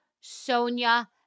Sonia